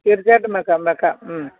തിർച്ചയായിട്ടും വെക്കാം വെക്കാം